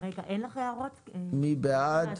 מי בעד?